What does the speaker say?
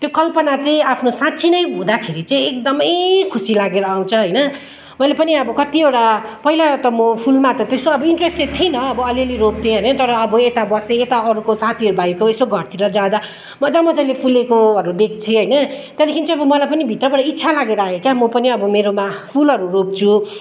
त्यो कल्पना चाहिँ आफ्नो साँच्ची नै हुँदाखेरि चाहिँ एकदमै खुसी लागेर आउँछ होइन मैले पनि अब कतिवटा पहिला त मो फुलमा त त्यस्तो अब इन्ट्रेस्टेड थिइनँ अब अलिअलि रोप्थेँ होइन तर अब यता बसेँ यता अरूको साथीभाइको यसो घरतिर जाँदा मज्जा मज्जाले फुलेकोहरू देख्थेँ होइन त्यहाँदेखिन् चाहिँ अब मलाई पनि भित्रबाट इच्छा लागेर आयो क्या म पनि अबो मेरोमा फुलहरू रोप्छु